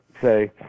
say